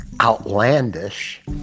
outlandish